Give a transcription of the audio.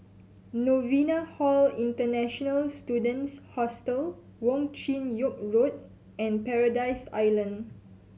Novena Hall International Students Hostel Wong Chin Yoke Road and Paradise Island